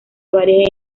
varias